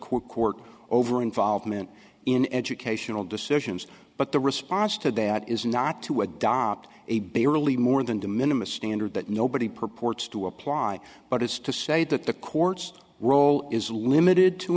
court court over involvement in educational decisions but the response to that is not to adopt a barely more than de minimus standard that nobody purports to apply but is to say that the court's role is limited to